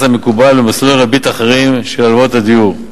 למקובל במסלולי ריבית אחרים של הלוואות לדיור.